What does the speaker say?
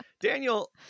Daniel